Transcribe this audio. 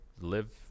live